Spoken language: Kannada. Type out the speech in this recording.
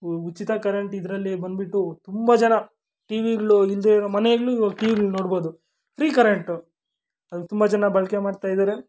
ಉಚಿತ ಕರೆಂಟ್ ಇದರಲ್ಲಿ ಬಂದ್ಬಿಟ್ಟು ತುಂಬ ಜನ ಟಿವಿಗಳು ಇಲ್ಲದೇ ಇರೋ ಮನೆಯಲ್ಲೂ ಟಿವಿಗಳನ್ನ ನೋಡ್ಬೋದು ಫ್ರೀ ಕರೆಂಟು ತುಂಬ ಜನ ಬಳಕೆ ಮಾಡ್ತಾಯಿದ್ದಾರೆ